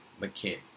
McKinney